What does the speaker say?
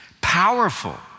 powerful